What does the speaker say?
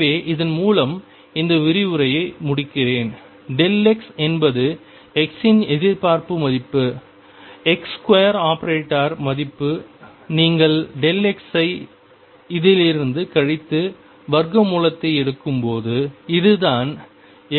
எனவே இதன் மூலம் இந்த விரிவுரையை முடிக்கிறேன் x என்பது x இன் எதிர்பார்ப்பு மதிப்பு ⟨x2⟩ மதிப்பு நீங்கள்x ஐ இதிலிருந்து கழித்து வர்க்க மூலத்தை எடுக்கும்போது இதுதான்